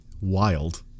Wild